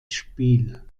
spiel